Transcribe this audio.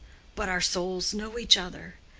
but our souls know each other.